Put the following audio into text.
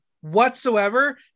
whatsoever